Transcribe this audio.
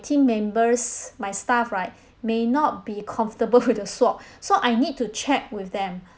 team members my staff right may not be comfortable with the swab so I need to check with them